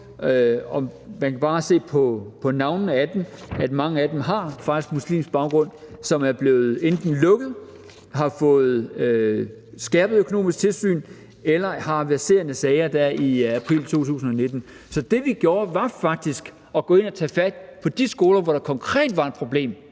man kan bare se på navnene på dem, at mange af dem faktisk har muslimsk baggrund – som enten er blevet lukket, har fået skærpet økonomisk tilsyn eller har verserende sager der i april 2019. Så det, vi gjorde, var faktisk at gå ind og tage fat i de skoler, hvor der konkret var et problem,